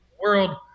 world